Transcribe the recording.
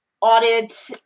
audit